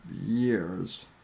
years